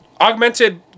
augmented